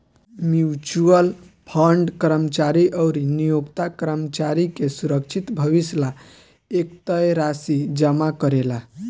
mutual fund कर्मचारी अउरी नियोक्ता कर्मचारी के सुरक्षित भविष्य ला एक तय राशि जमा करेला